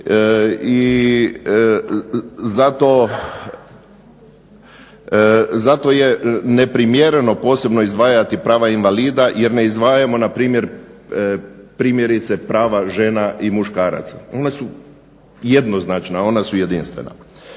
i zato je neprimjereno posebno izdvajati prava invalida jer ne izdvajamo npr. prava žena i muškaraca. Ona su jednoznačna, ona su jedinstvena.